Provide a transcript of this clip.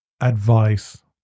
advice